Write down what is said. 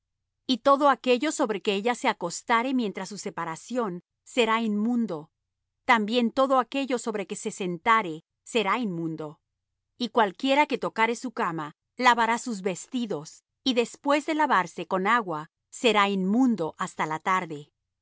y todo aquello sobre que ella se acostare mientras su separación será inmundo también todo aquello sobre que se sentare será inmundo y cualquiera que tocare á su cama lavará sus vestidos y después de lavarse con agua será inmundo hasta la tarde